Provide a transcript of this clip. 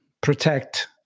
protect